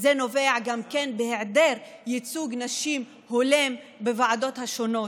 גם זה נובע מהיעדר ייצוג נשים הולם בוועדות השונות,